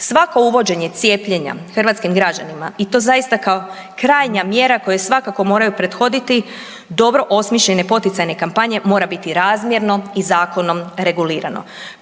Svako uvođenje cijepljenja hrvatskim građanima i to zaista kao krajnja mjera koju svakako moraju prethoditi dobro osmišljenje poticajne kampanje mora biti razmjerno i zakonom regulirano.